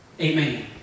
Amen